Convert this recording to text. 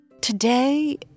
Today